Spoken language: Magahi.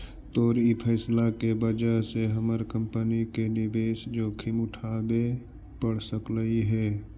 तोर ई फैसला के वजह से हमर कंपनी के निवेश जोखिम उठाबे पड़ सकलई हे